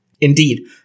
Indeed